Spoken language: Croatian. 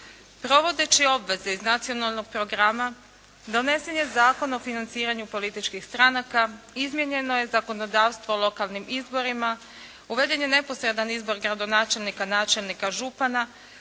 Provodeći obveze iz Nacionalnog programa donesen je zakon o financiranju političkih stranaka, izmijenjeno je zakonodavstvo lokalnim izborima, uveden je neposredni izbor gradonačelnika, načelnika, župana.